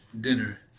dinner